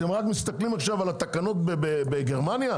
אתם רק מסתכלים על התקנות בגרמניה?